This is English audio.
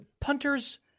Punters